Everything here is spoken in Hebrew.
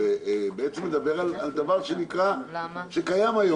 שמדבר על דבר שקיים היום,